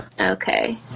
Okay